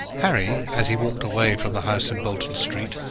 harry, as he walked away from the house in bolton street,